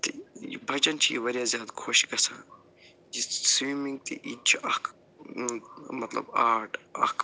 تہِ یہِ بچن چھِ یہِ وارِیاہ زیادٕ خۄش گَژھان یہِ سِومِنٛگ تہِ یہِ تہِ چھُ اکھ مطلب آرٹ اکھ